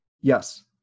Yes